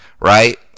right